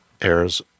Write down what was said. airs